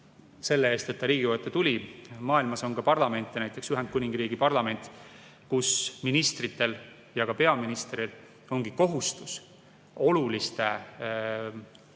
selle eest, et ta Riigikogu ette tuli. Maailmas on ka parlamente, näiteks Ühendkuningriigi parlament, kus ministritel ja peaministril on kohustus olulistest